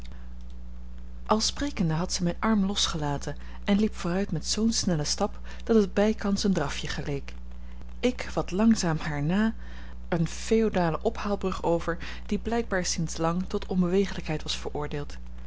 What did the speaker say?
al sprekende had zij mijn arm losgelaten en liep vooruit met zoo'n snellen stap dat het bijkans een drafje geleek ik wat langzaam haar na eene feodale ophaalbrug over die blijkbaar sinds lang tot onbewegelijkheid was veroordeeld